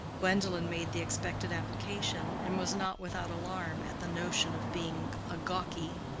gwendolen made the expected application, and was not without alarm at the notion of being a gawky.